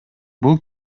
бул